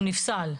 הוא נפסל.